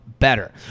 Better